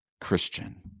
Christian